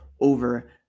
over